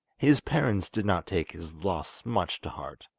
his parents did not take his loss much to heart,